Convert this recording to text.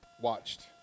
watched